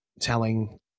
telling